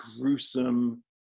gruesome